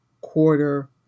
quarter